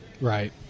Right